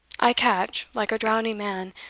i catch, like a drowning man,